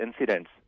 incidents